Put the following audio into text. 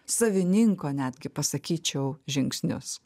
savininko netgi pasakyčiau žingsnius